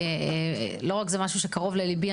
לא רק זה משהו שקרוב לליבי,